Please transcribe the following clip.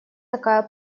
такая